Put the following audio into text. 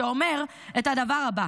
שאומר את הדבר הבא: